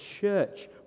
church